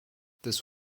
this